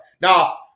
Now